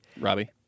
Robbie